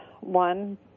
One